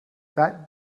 that